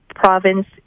province